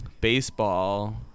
Baseball